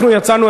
אנחנו יצאנו,